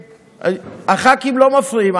הח"כים לא מפריעים.